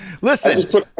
Listen